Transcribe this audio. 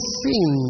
seen